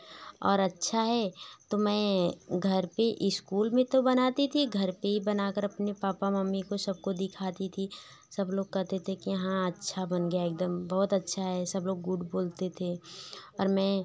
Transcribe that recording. और अच्छा है तो मैं घर पर ईस्कूल में तो बनाती थी घर पर ही बनाकर अपने पापा मम्मी को सबको दिखाती थी सब लोग कहते थे की यहाँ अच्छा बना गया एक दम बहुत अच्छा है सब लोग गुड बोलते थे और मैं